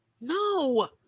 No